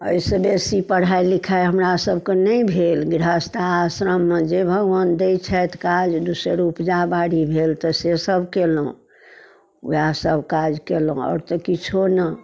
अइसँ बेसी पढ़ाइ लिखाइ हमरा सबके नहि भेल गृहस्थ आश्रममे जे भगवान दै छथि काज दू सेर उपजा बारी भेल तऽ से सब कयलहुँ वएह सब काज कयलहुँ आओर तऽ किछो ने